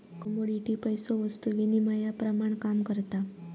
commodity पैसो वस्तु विनिमयाप्रमाण काम करता